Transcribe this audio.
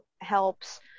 helps